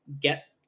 get